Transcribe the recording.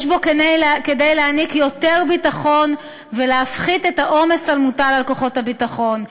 יש בו כדי להעניק יותר ביטחון ולהפחית את העומס המוטל על כוחות הביטחון,